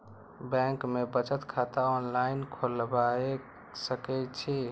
Bank में बचत खाता ऑनलाईन खोलबाए सके छी?